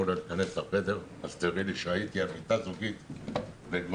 לה להיכנס לחדר הסטרילי שבו הייתי על מיטה זוגית ענקית.